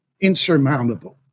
insurmountable